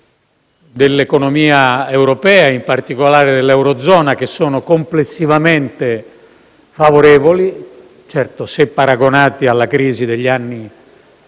all'economia europea, in particolare dell'eurozona, che sono complessivamente favorevoli (certo, se paragonati alla crisi degli anni